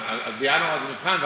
אז בינואר הוא נבחן,